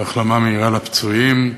והחלמה מהירה לפצועים.